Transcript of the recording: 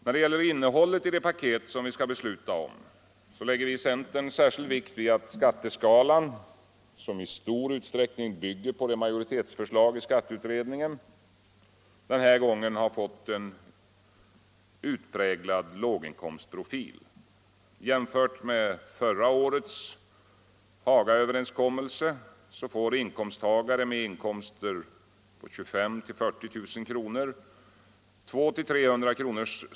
När det gäller innehållet i det paket som vi skall fatta beslut om lägger vi i centern särskild vikt vid att skatteskalan, som i stor utsträckning bygger på majoritetsförslaget i skatteutredningen, den här gången har 120 fått utpräglad låginkomstprofil. Jämfört med förra årets Hagaöverenskommelse får inkomsttagare med inkomster på 25 000-40 000 kr. 200 300 kr.